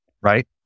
Right